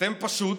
אתם פשוט